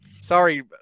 sorry